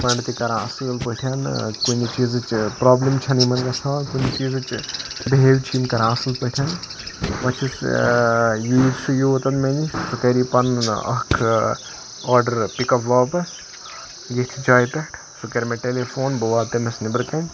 کران اصٕل پٲٹھۍ کُنہِ چیٖزِچ پرابلِم چھَنہٕ یِمَن گَژھان کُنہِ چیٖزِچ بِہیو چھِ یِم کران اصل پٲٹھۍ وۄنۍ چھُس یِیِن سُہ یوتَن مےٚ نِش سُہ کَرِ پَنُن اکھ آرڈر پِک اَپ واپَس یٔتھۍ جایہِ پٮ۪ٹھ سُہ کَرِ مےٚ ٹیٚلی فون بہٕ واتہٕ تٔمِس نٮ۪برٕ کَنہ